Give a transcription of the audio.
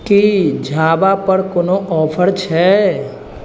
की झाबा पर कोनो ऑफर छै